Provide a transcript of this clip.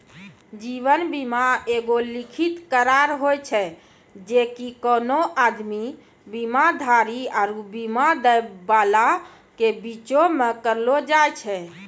जीवन बीमा एगो लिखित करार होय छै जे कि कोनो आदमी, बीमाधारी आरु बीमा दै बाला के बीचो मे करलो जाय छै